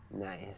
nice